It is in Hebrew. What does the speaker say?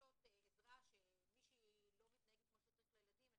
מבקשות עזרה שמישהי מתנהגת לא כמו שצריך אל הילדים.